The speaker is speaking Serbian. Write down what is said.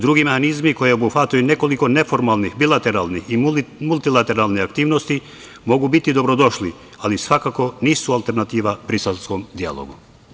Drugi mehanizmi koji obuhvataju nekoliko neformalnih, bilateralnih i multilateralnih aktivnosti mogu biti dobrodošli, ali svakako nisu alternativa briselskom dijalogu.